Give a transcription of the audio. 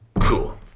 Cool